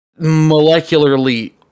molecularly